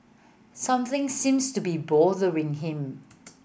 something seems to be bothering him